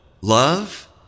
love